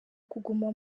kuguma